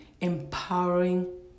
Empowering